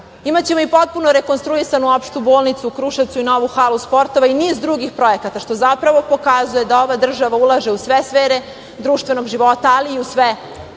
Imaćemo i potpuno rekonstruisanu opštu bolnicu u Kruševcu i novu halu sportova i niz drugih projekata, što zapravo pokazuje da ova država ulaže u sve sfere društvenog života, ali i u sve